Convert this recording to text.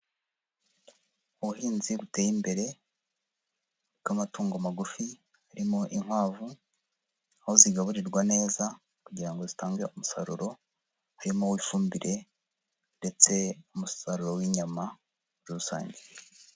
Ubuhinzi buteye imbere bw'amatungo magufi, harimo inkwavu, aho zigaburirwa neza kugira ngo zitange umusaruro, harimo ifumbire, ndetse n'umusaruro w'inyama muri rusange.